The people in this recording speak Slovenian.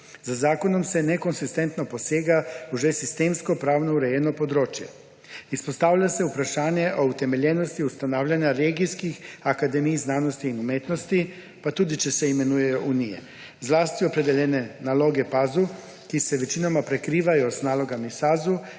z zakonom se nekonsistentno posega v že sistemsko pravno urejeno področje, izpostavlja se vprašanje o utemeljenosti ustanavljanja regijskih akademij znanosti in umetnosti, pa tudi če se imenujejo unije, zlasti opredeljene naloge PAZU, ki se večinoma prekrivajo z nalogami SAZU